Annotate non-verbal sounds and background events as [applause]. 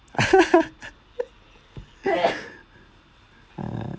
[laughs] ah